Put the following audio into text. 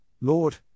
Lord